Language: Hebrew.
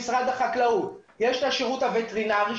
במשרד החקלאות ישנו השירות הווטרינרי,